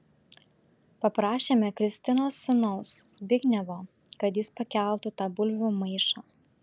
paprašėme kristinos sūnaus zbignevo kad jis pakeltų tą bulvių maišą